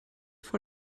vor